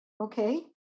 Okay